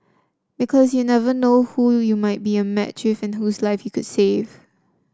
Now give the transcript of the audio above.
because you never know who you might be a match with and whose life you could save